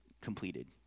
Completed